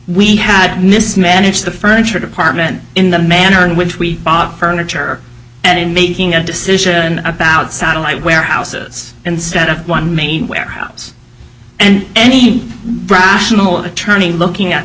we had mismanaged the furniture department in the manner in which we bought furniture and in making a decision about satellite where houses instead of one main where house and any rational attorney looking at